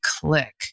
click